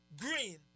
green